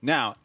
Now